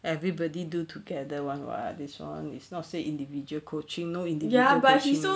everybody do together [one] [what] this one is not say individual coaching no individual coaching